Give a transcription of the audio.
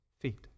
feet